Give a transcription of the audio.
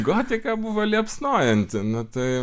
gotika buvo liepsnojanti nu tai